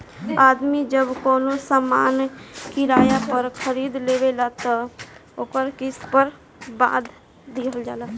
आदमी जब कवनो सामान किराया पर खरीद लेवेला त ओकर किस्त पर बांध दिहल जाला